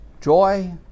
joy